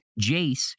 jace